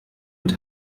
und